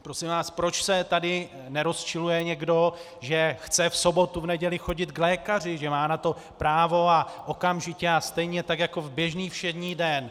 Prosím vás, proč se tady nerozčiluje někdo, že chce v sobotu, v neděli chodit k lékaři, že má na to právo a okamžitě a stejně jako ve všední den?